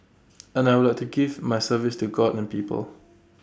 and I would like to give my service to God and people